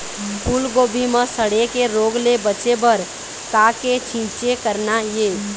फूलगोभी म सड़े के रोग ले बचे बर का के छींचे करना ये?